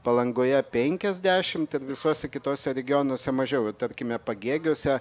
palangoje penkiasdešimt ir visuose kituose regionuose mažiau ir tarkime pagėgiuose